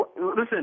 Listen